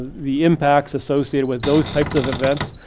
the impacts associated with those types of events.